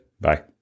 Bye